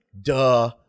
Duh